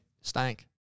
stank